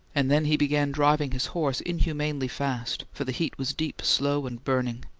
and then he began driving his horse inhumanely fast, for the heat was deep, slow, and burning.